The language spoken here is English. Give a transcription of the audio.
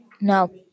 No